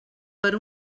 per